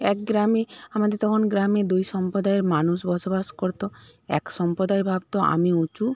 এক গ্রামে আমাদের তখন গ্রামে দুই সম্প্রদায়ের মানুষ বসবাস করত এক সম্প্রদায় ভাবত আমি উঁচু